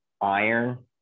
iron